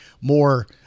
more